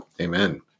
Amen